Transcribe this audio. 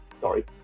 sorry